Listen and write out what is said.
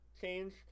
change